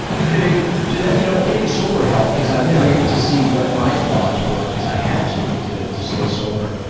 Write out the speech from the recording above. getting to that. you know getting sober helped because i was able to see what my flaws were because i had to, to to stay sober,